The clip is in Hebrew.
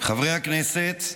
חברי הכנסת,